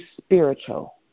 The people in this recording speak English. spiritual